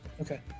Okay